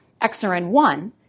XRN1